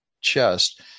chest